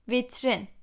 Vitrin